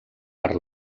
per